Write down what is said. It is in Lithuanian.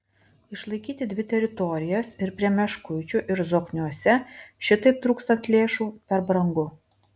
išlaikyti dvi teritorijas ir prie meškuičių ir zokniuose šitaip trūkstant lėšų per brangu